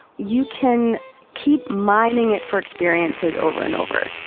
you can keep mining it for experiences over and over.